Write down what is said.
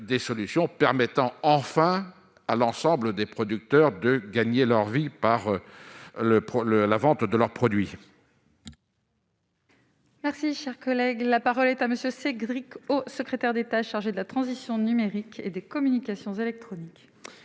des solutions permettant enfin à l'ensemble des producteurs de gagner leur vie par le le la vente de leurs produits. Merci, cher collègue, la parole est à monsieur Cédric O, secrétaire d'État chargé de la transition numérique et des communications électroniques.